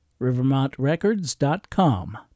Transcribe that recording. rivermontrecords.com